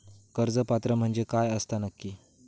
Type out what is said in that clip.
कर्ज पात्र म्हणजे काय असता नक्की?